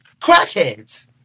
crackheads